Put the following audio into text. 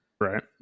Right